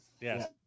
Yes